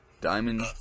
diamond